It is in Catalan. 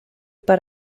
per